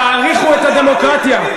תעריכו את הדמוקרטיה.